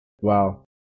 Wow